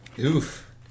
Oof